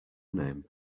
name